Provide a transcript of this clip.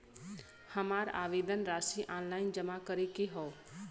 हमार आवेदन राशि ऑनलाइन जमा करे के हौ?